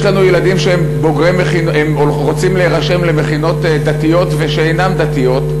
יש לנו ילדים שרוצים להירשם למכינות דתיות ושאינן דתיות,